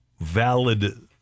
valid –